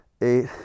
eight